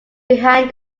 behind